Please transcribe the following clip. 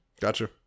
gotcha